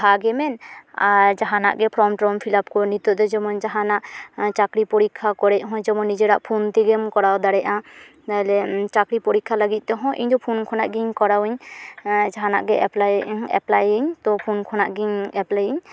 ᱯᱟᱲᱦᱟᱜ ᱜᱮᱢ ᱢᱮᱱ ᱟᱨ ᱡᱟᱦᱟᱱᱟᱜ ᱜᱮ ᱯᱷᱚᱨᱚᱢ ᱴᱨᱚᱢ ᱯᱷᱤᱞᱟᱯ ᱠᱚ ᱱᱤᱛᱚᱜᱫᱚ ᱡᱮᱢᱚᱱ ᱡᱟᱦᱟᱱᱟᱜ ᱪᱟᱹᱠᱨᱤ ᱯᱚᱨᱤᱠᱠᱷᱟ ᱠᱚᱨᱮ ᱦᱚᱸ ᱡᱮᱢᱚᱱ ᱱᱤᱡᱮᱨᱟᱜ ᱯᱷᱳᱱ ᱛᱮᱜᱮᱢ ᱠᱚᱨᱟᱣ ᱫᱟᱲᱮᱜᱼᱟ ᱪᱟᱹᱠᱨᱤ ᱯᱚᱨᱤᱠᱠᱷᱟ ᱞᱟᱹᱜᱤᱫᱛᱮ ᱦᱚᱸ ᱤᱧᱫᱚ ᱯᱷᱳᱱ ᱠᱷᱚᱱᱟᱜ ᱜᱮᱧ ᱠᱚᱨᱟᱣᱟᱹᱧ ᱡᱟᱦᱟᱱᱟᱜ ᱜᱮ ᱮᱯᱞᱟᱭ ᱮᱯᱞᱟᱭᱟᱹᱧ ᱛᱳ ᱯᱷᱳᱱ ᱠᱷᱚᱱᱟᱜ ᱜᱮᱧ ᱮᱯᱞᱟᱭᱟᱹᱧ